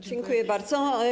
Dziękuję bardzo.